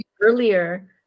earlier